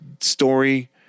story